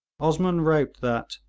osman wrote that,